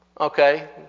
okay